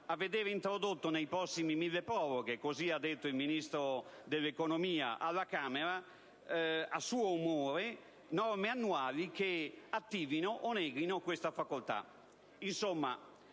a vedere introdotte nei prossimi milleproroghe, così ha detto il Ministro dell'economia alla Camera, norme annuali che attivino o neghino - a suo